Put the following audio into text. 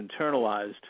internalized